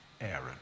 Aaron